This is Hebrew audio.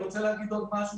אני רוצה להגיד עוד משהו,